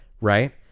right